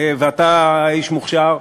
ואתה איש מוכשר,